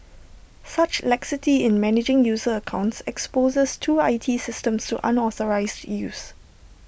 such laxity in managing user accounts exposes the two I T systems to unauthorised used